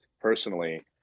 personally